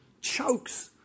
chokes